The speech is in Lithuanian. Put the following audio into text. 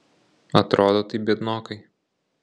atrodo tai biednokai